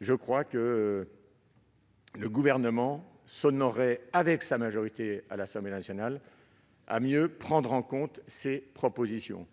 Le Gouvernement s'honorerait, avec sa majorité à l'Assemblée nationale, à mieux prendre en compte ces propositions,